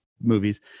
movies